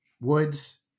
Woods